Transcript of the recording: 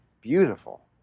beautiful